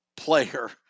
Player